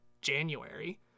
January